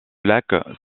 lac